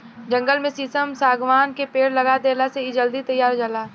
जंगल में शीशम, शागवान के पेड़ लगा देहला से इ जल्दी तईयार हो जाता